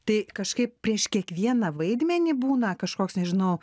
tai kažkaip prieš kiekvieną vaidmenį būna kažkoks nežinau